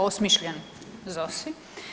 Osmišljen ZOSI.